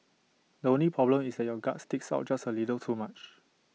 the only problem is that your gut sticks out just A little too much